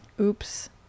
Oops